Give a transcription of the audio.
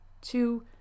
two